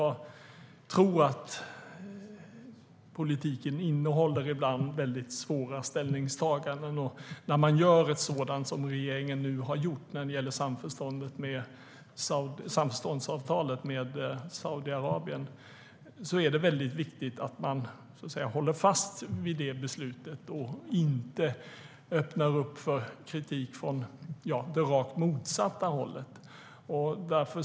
Politiken innehåller ibland väldigt svåra ställningstaganden. När man gör ett sådant som regeringen nu har gjort när det gäller samförståndsavtalet med Saudiarabien är det väldigt viktigt att man håller fast vid det beslutet och inte öppnar för kritik från det rakt motsatta hållet. Herr talman!